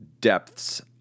depths